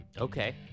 Okay